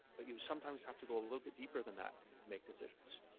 but you sometimes have to go a little bit deeper than that to make decisions.